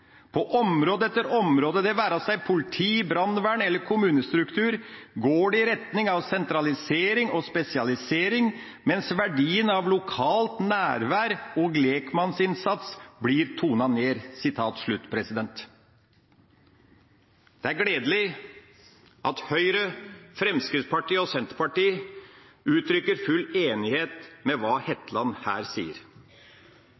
På område etter område – det være seg politi, brannvern eller kommunestruktur – går det i retning av sentralisering og spesialisering, mens verdien av lokalt nærvær og legmannsinnsats blir tonet ned.» Det er gledelig at Høyre, Fremskrittspartiet og Senterpartiet uttrykker full enighet med